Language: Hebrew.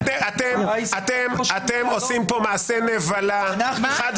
אתם עושים פה מעשה נבלה חד וחלק.